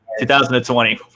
2020